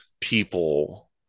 people